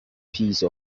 piece